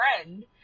friend